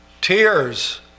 tears